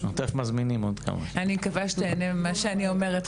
אני מקווה שתיהנה ממה שאני אומרת,